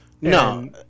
No